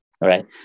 right